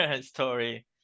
story